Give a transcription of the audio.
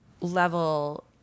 level